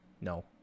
No